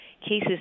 cases